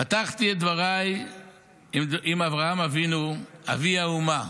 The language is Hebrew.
פתחתי את דבריי עם אברהם אבינו, אבי האומה,